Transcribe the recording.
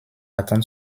attente